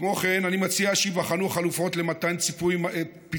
כמו כן אני מציע שייבחנו חלופות למתן פיצוי